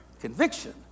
conviction